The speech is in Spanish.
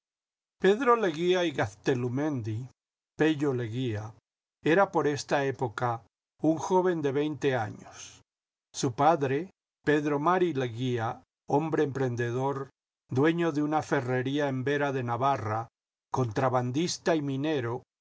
pedro leguía y gaztelumendi pello legiiía era por esta época un joven de veinte años su padre pedro mari leguía hombre emprendedor dueño de una terrería en vera de navarra contrabandista y minero